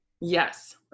Yes